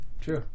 True